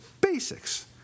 Basics